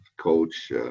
coach